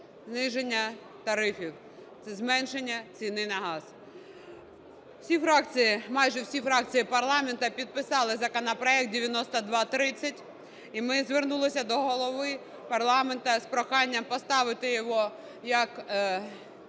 зниження тарифів і зменшення ціни на газ. Всі фракції, майже всі фракції парламенту підписали законопроект 9230. І ми звернулися до голови парламенту з проханням поставити його як